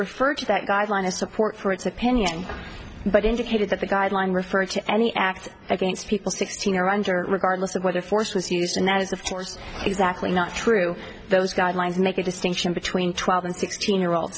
referred to that guideline of support for its opinion but indicated that the guideline refer to any act against people sixteen or under regardless of whether force was used and that is of course exactly not true those guidelines make a distinction between twelve and sixteen year old